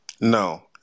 No